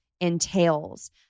entails